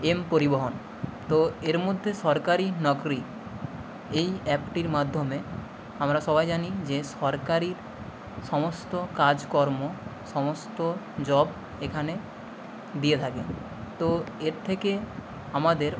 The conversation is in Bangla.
এম পরিবহন তো এর মধ্যে সরকারি নকরি এই অ্যাপটির মাধ্যমে আমরা সবাই জানি যে সরকারি সমস্ত কাজকর্ম সমস্ত জব এখানে দিয়ে থাকে তো এর থেকে আমাদের